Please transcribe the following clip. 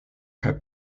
kaj